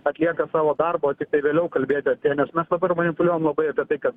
atlieka savo darbą o tiktai vėliau kalbėti apie nes man dabar manipuliuojam labai apie tai kad